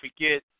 forget